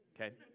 Okay